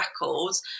records